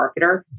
marketer